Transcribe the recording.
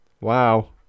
Wow